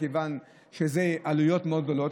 מכיוון שזה עלויות גדולות מאוד,